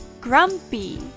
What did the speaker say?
grumpy